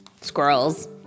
squirrels